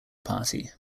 party